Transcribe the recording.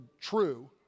true